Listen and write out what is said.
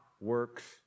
works